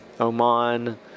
Oman